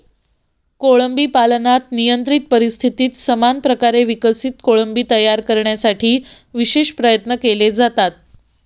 कोळंबी पालनात नियंत्रित परिस्थितीत समान प्रकारे विकसित कोळंबी तयार करण्यासाठी विशेष प्रयत्न केले जातात